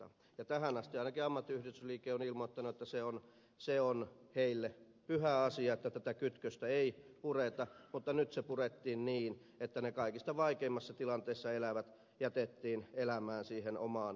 tähän asti ainakin ammattiyhdistysliike on ilmoittanut että se on heille pyhä asia että tätä kytköstä ei pureta mutta nyt se purettiin niin että ne kaikista vaikeimmassa tilanteessa elävät jätettiin elämään siihen omaan kurjuuteensa